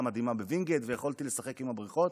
מדהימה בווינגייט ויכולתי לשחק עם הבריכות.